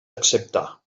acceptar